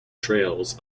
trails